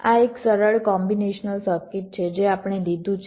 આ એક સરળ કોમ્બીનેશનલ સર્કિટ છે જે આપણે લીધું છે